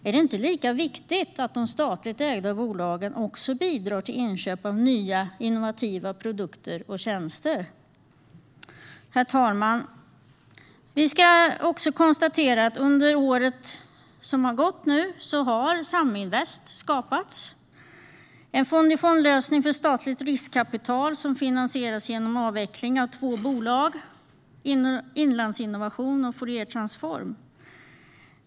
Är det inte lika viktigt att de statligt ägda bolagen bidrar till inköp av nya, innovativa produkter och tjänster? Herr talman! Under året som gått har Saminvest skapats. Det är en fond-i-fond-lösning för statligt riskkapital som finansieras genom avveckling av två bolag, Inlandsinnovation och Fouriertransform.